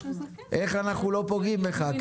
איך אנחנו לא פוגעים בך.